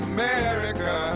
America